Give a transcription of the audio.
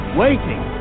waiting